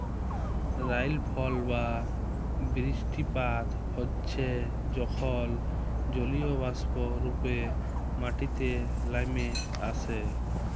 রাইলফল বা বিরিস্টিপাত হচ্যে যখল জলীয়বাষ্প রূপে মাটিতে লামে আসে